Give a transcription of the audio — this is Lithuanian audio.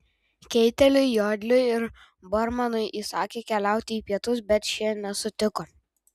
keiteliui jodliui ir bormanui įsakė keliauti į pietus bet šie nesutiko